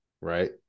right